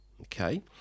okay